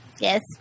Yes